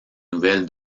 nouvelle